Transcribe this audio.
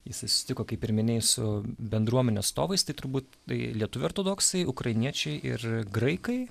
jisai susitiko kaip ir minėjai su bendruomenių atstovais tai turbūt tai lietuvių ortodoksai ukrainiečiai ir graikai